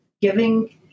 Giving